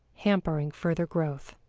hampering further growth.